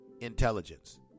intelligence